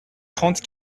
trente